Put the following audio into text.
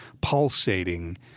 pulsating